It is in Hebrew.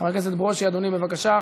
חבר הכנסת ברושי, אדוני, בבקשה.